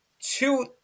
two